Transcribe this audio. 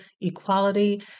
equality